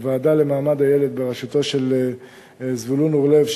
בוועדה למעמד הילד בראשותו של זבולון אורלב,